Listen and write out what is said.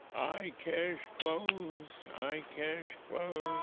i cash clothes, i cash clothes.